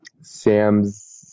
Sam's